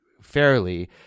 fairly